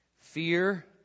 fear